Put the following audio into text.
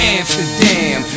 Amsterdam